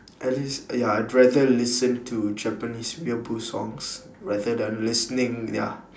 at least ya I rather listen to japanese songs rather then listening ya